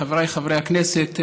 חבריי חברי הכנסת,